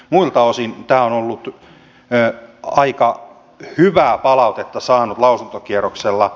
muilta osin tämä on aika hyvää palautetta saanut lausuntokierroksella